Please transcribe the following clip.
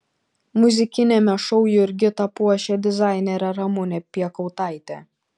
muzikiniame šou jurgitą puošia dizainerė ramunė piekautaitė